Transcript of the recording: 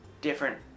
different